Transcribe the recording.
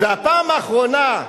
והפעם האחרונה,